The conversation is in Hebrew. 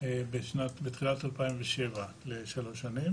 בתחילת 2007 לשלוש שנים,